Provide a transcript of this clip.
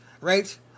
right